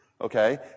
okay